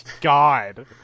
God